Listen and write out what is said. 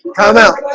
come out